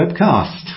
webcast